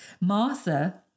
Martha